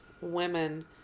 women